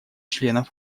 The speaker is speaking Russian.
членов